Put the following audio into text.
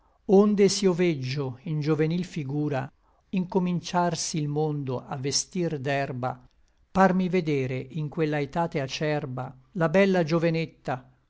onde s'io veggio in giovenil figura incominciarsi il mondo a vestir d'erba parmi vedere in quella etate acerba la bella giovenetta